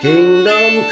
Kingdom